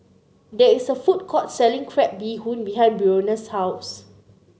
there is a food court selling Crab Bee Hoon behind Breonna's house